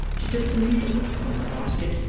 she took some needle-work from her basket,